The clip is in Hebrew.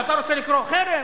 ואתה רוצה לקרוא חרם?